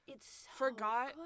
forgot